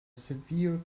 severe